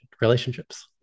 relationships